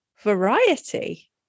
variety